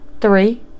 three